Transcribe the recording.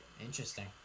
interesting